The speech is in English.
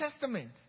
Testament